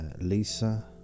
Lisa